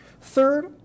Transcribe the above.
Third